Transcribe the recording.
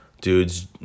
dudes